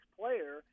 player